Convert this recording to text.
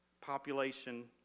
population